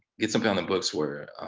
get something on the books where,